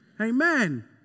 Amen